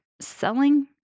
selling